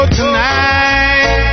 tonight